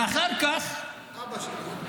ואחר כך --- אבא שלו.